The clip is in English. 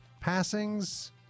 passings